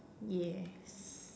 yeah